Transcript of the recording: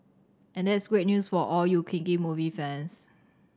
and that's great news for all you kinky movie fans